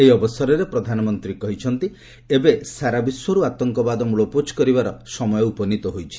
ଏହି ଅବସରରେ ପ୍ରଧାନମନ୍ତ୍ରୀ କହିଥିଲେ ଏବେ ସାରା ବିଶ୍ୱରୁ ଆତଙ୍କବାଦ ମୂଳପୋଛ କରିବାର ସମୟ ଉପନୀତ ହୋଇଛି